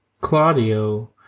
Claudio